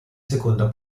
seconda